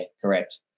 correct